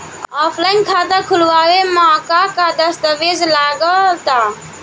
Offline खाता खुलावे म का का दस्तावेज लगा ता?